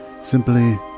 simply